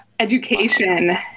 education